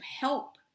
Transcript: help